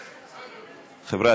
חבר'ה,